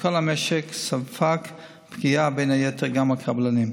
שכל המשק ספג פגיעה, ובין היתר גם הקבלנים.